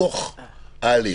בתוך ההליך?